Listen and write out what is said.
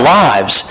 lives